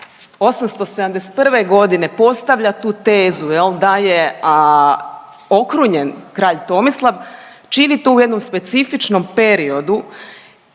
'871.g. postavlja tu tezu da je okrunjen kralj Tomislav čini to u jednom specifičnom periodu